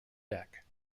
deck